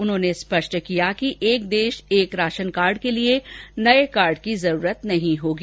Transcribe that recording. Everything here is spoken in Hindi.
उन्होंने स्पष्ट किया कि एक देश एक राशन कार्ड के लिए नये कार्ड की जरूरत नहीं होगी